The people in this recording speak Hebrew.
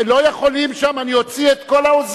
לא יכולים שם, אני אוציא את כל העוזרים.